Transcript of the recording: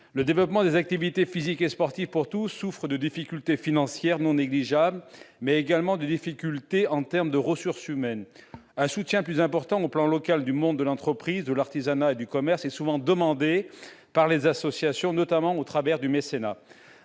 Le développement d'activités physiques et sportives pour tous souffre de problèmes financiers non négligeables, mais également de difficultés en termes de ressources humaines. Un soutien plus important, à l'échelon local, du monde de l'entreprise, de l'artisanat et du commerce est souvent demandé par les associations, notamment au travers du mécénat.